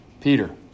Peter